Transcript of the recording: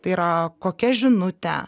tai yra kokia žinutė